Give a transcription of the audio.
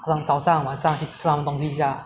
像早上晚上一次吃他的东西一下